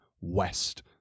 west